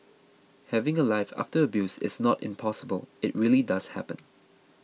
having a life after abuse is not impossible it really does happen